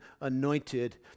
anointed